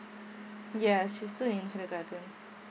ya she's still in kindergarten